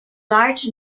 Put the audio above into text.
large